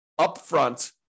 upfront